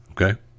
Okay